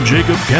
Jacob